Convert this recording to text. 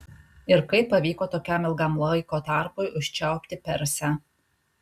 ir kaip pavyko tokiam ilgam laiko tarpui užčiaupti persę